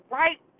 right